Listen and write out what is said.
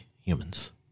humans